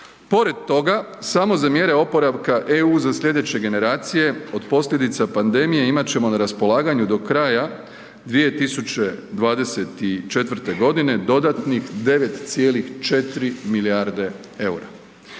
Pored toga samo za mjere oporavka EU za sljedeće generacije od posljedica pandemije imat ćemo na raspolaganju do kraja 2024. godine dodatnih 9,4 milijarde eura.